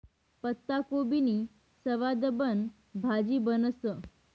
पत्ताकोबीनी सवादबन भाजी बनस